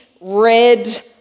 red